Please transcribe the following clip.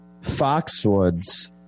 Foxwoods